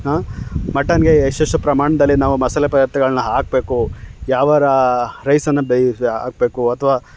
ಆಂ ಮಟನ್ನಿಗೆ ಎಷ್ಟೆಷ್ಟು ಪ್ರಮಾಣದಲ್ಲಿ ನಾವು ಮಸಾಲೆ ಪದಾರ್ಥಗಳನ್ನು ಹಾಕಬೇಕು ಯಾವ ರೈಸನ್ನು ಹಾಕ್ಬೇಕು ಅಥ್ವಾ